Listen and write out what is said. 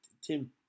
Tim